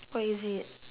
what is it